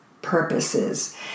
purposes